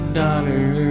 daughter